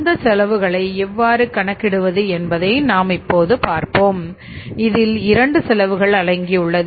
அந்த செலவுகளை எவ்வாறு கணக்கிடுவது என்பதை பார்போம் இதில் 2செலவுகள் அடங்கியுள்ளது